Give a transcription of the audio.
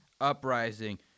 Uprising